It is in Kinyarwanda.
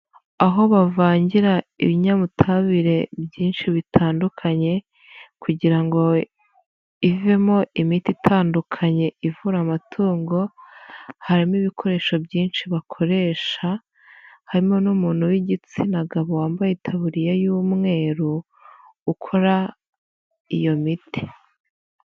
Aho bavangira ibinyabutabire byinshi bitandukanye kugira ngo ivemo imiti itandukanye ivura amatungo harimo ibikoresho byinshi bakoresha, harimo n'umuntu w'igitsina gabo wambaye itaburiya y'umweru ukora iyo miti.